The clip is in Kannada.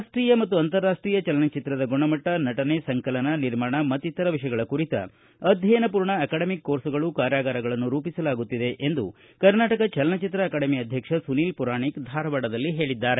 ರಾಷ್ಟೀಯ ಮತ್ತು ಅಂತರಾಷ್ಟೀಯ ಚಲನಚಿತ್ರದ ಗುಣಮಟ್ಟ ನಟನೆ ಸಂಕಲನ ನಿರ್ಮಾಣ ಮತ್ತಿತರ ವಿ ಯಗಳ ಕುರಿತ ಅಧ್ಯಯನಪೂರ್ಣ ಅಕಾಡೆಮಿಕ್ ಕೋರ್ಸುಗಳು ಕಾರ್ಯಾಗಾರಗಳನ್ನು ರೂಪಿಸಲಾಗುತ್ತಿದೆ ಎಂದು ಕರ್ನಾಟಕ ಚಲನಚಿತ್ರ ಅಕಾಡೆಮಿ ಅಧ್ಯಕ್ಷ ಸುನೀಲ್ ಪುರಾಣಿಕ್ ಧಾರವಾಡದಲ್ಲಿ ಹೇಳಿದ್ದಾರೆ